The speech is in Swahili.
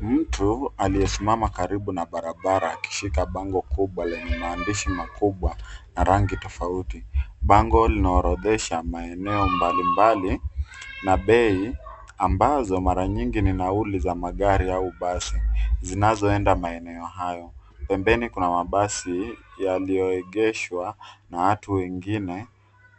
Mtu aliyesimama karibu na barabara akishika bango kubwa lenye maandishi makubwa na rangi tofauti. Bango linaorodhesha maeneo mbalimbali na bei ambazo mara nyingi ni nauli za magari au basi zinazoenda maeneo hayo. Pembeni kuna mabasi yaliyoegeshwa na watu wengine.